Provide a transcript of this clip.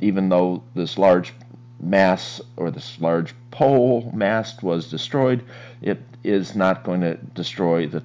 even though this large mass or the smart pole mast was destroyed it is not going to destroy the